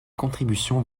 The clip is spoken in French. contributions